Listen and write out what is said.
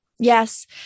Yes